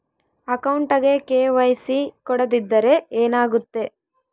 ಅಕೌಂಟಗೆ ಕೆ.ವೈ.ಸಿ ಕೊಡದಿದ್ದರೆ ಏನಾಗುತ್ತೆ?